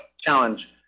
challenge